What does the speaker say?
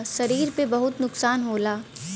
शरीर पे बहुत नुकसान होला